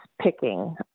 picking